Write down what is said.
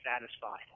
satisfied